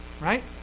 right